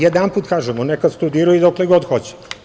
Jedanput kažemo, neka studiraju dokle god hoće.